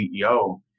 CEO